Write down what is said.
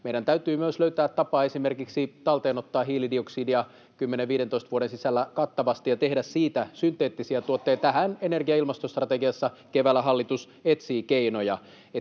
Meidän täytyy myös löytää tapa esimerkiksi talteenottaa hiilidioksidia 10—15 vuoden sisällä kattavasti ja tehdä siitä synteettisiä tuotteita. Tähän energia- ja ilmastostrategiassa keväällä hallitus etsii keinoja.